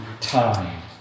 time